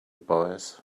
boys